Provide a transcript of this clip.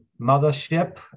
mothership